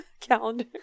calendar